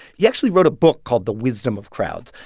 he actually wrote a book called the wisdom of crowds.